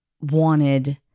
wanted